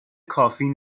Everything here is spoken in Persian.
کافی